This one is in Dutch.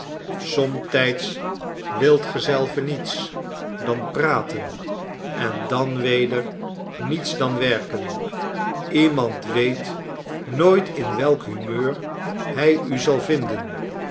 somtijds wilt ge zelve niets dan praten en dan weder niets dan werken iemand weet nooit in welk humeur hij u zal vinden